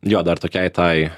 jo dar tokiai tai